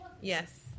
Yes